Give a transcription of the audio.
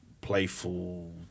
playful